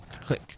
click